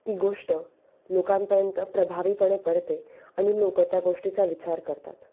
ती गोष्ट लोकांपर्यंत प्रभावीपणे पडते आणि लोक त्या गोष्टीचा विचार करतात